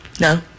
No